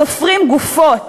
סופרים גופות,